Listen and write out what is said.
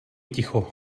ticho